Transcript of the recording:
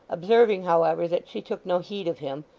observing, however, that she took no heed of him,